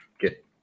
get